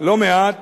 לא מעט